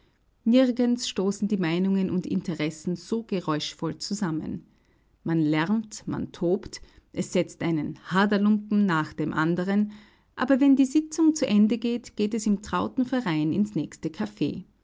nirgends stoßen die meinungen und interessen so geräuschvoll zusammen man lärmt man tobt es setzt einen haderlumpen nach dem anderen aber wenn die sitzung zu ende ist geht es im trauten verein ins nächste